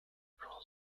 roll